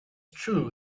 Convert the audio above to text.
true